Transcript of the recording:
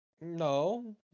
No